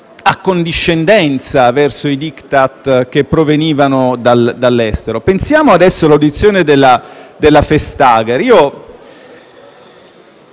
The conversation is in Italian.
accondiscendenza verso i *Diktat* che provenivano dall'estero. Pensiamo adesso all'audizione del Commissario